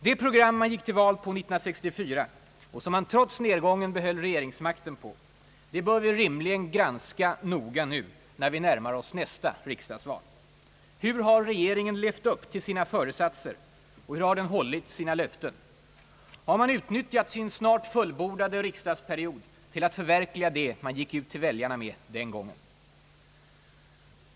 Det program man gick till val på 1964 — och trots nedgången behöll regeringsmakten på — bör vi rimligen granska noga nu, när vi närmar oss nästa riksdagsval. Hur har regeringen levt upp till sina föresatser, och hur har den hållit sina löften? Har man utnyttjat sin snart fullbordade riksdagsperiod till att förverkliga det man gick ut till väljarna med den gången?